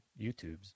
YouTubes